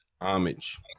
Homage